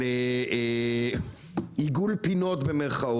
של "עיגול פינות".